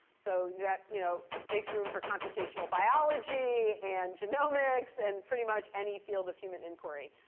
so that you know makes room for computational biology, and genomics, and pretty much any field of human inquiry.